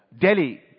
Delhi